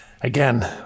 Again